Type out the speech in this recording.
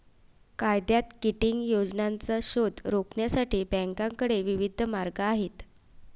कायद्यात किटिंग योजनांचा शोध रोखण्यासाठी बँकांकडे विविध मार्ग आहेत